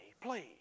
please